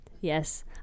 yes